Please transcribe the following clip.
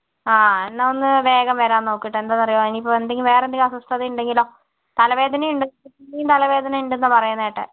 ആ എന്നാൽ ഒന്ന് വേഗം വരാന് നോക്ക് കേട്ടോ എന്താണെന്ന് അറിയുവോ എന്തെങ്കിലും വേറെ എന്തെങ്കിലും അസ്വസ്ഥത ഉണ്ടെങ്കിലോ തലവേദന ഉണ്ട് പിന്നെയും തലവേദന ഉണ്ടെന്നാണ് പറയുന്നത് കേട്ടത്